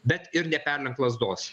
bet ir neperlenkt lazdos